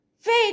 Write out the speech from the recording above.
faith